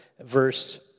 verse